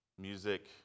music